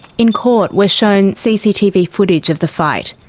in court, we're shown cctv footage of the fight.